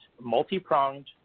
multi-pronged